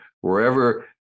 wherever